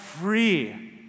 free